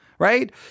Right